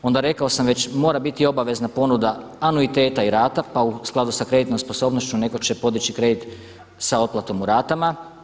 Onda rekao sam već, mora biti i obavezna ponuda anuiteta i rata pa u skladu sa kreditnom sposobnošću netko će podići kredit sa otplatom u ratama.